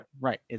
Right